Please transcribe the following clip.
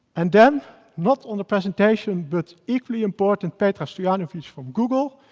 and then not on the presentation but equally important, petra stojanovic from google.